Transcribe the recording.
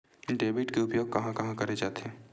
Debit के उपयोग कहां कहा करे जाथे?